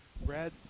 Brad